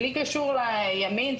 בלי קשר ימין,